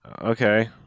okay